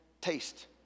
taste